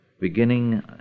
beginning